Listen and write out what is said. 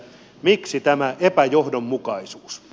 miksi tämä epäjoh donmukaisuus